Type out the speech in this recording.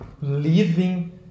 living